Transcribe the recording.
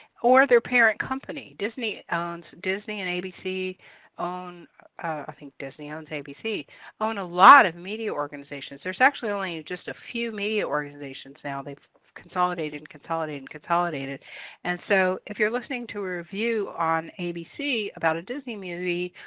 or their parent company. disney owns disney and abc own i think disney owns abc own a lot of media organizations. there's actually only just a few media organizations now. they've consolidated and consolidated and consolidated and so if you're listening to a review on abc about a disney movie,